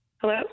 Hello